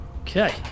Okay